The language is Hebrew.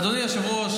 אדוני היושב-ראש,